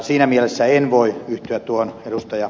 siinä mielessä en voi yhtyä tuohon ed